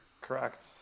correct